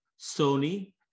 Sony